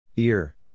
Ear